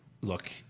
Look